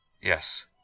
Yes